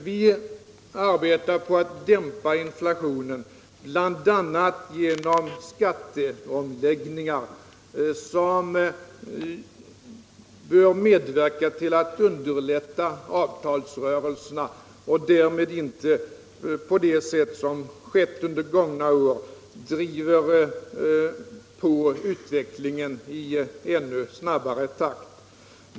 Vi arbetar på att dämpa inflationen, bl.a. genom skatteomläggningar, som bör medverka till att underlätta avtalsrörelsen och inte — så som har skett under gångna år — driva på utvecklingen i än snabbare takt.